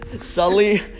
Sully